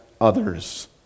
others